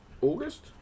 August